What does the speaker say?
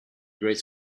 great